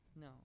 No